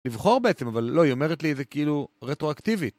לבחור בעצם, אבל לא, היא אומרת לי איזה כאילו רטרואקטיבית.